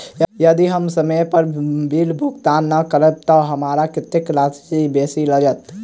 यदि हम समय पर बिल भुगतान नै करबै तऽ हमरा कत्तेक राशि बेसी लागत?